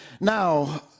now